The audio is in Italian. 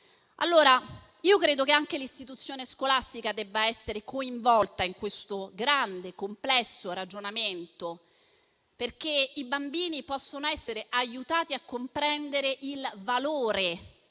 Credo che anche l'istituzione scolastica debba essere coinvolta in questo grande e complesso ragionamento, perché i bambini possono essere aiutati a comprendere il valore,